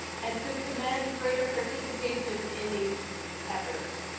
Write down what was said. and to command greater participation in these efforts.